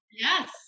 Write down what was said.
Yes